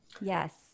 Yes